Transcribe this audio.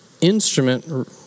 instrument